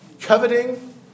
Coveting